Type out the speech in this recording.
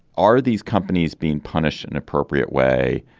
are these companies being punished an appropriate way.